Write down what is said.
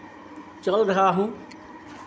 चल रहा हूँ